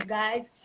guys